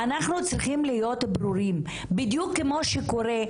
אנחנו צריכים להיות ברורים, בדיוק כמו שקורה,